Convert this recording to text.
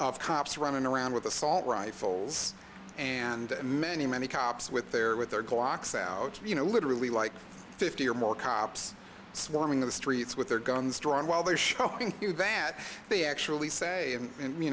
of cops running around with assault rifles and many many cops with their with their clocks out you know literally like fifty or more cops swarming the streets with their guns drawn while they're shopping you than they actually say